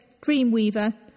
Dreamweaver